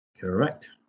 Correct